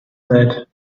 that